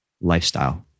lifestyle